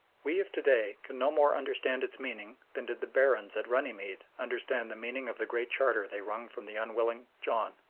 we of to-day can no more understand its meaning than did the barons at runnymede understand the meaning of the great charter they wrung from the unwilling john.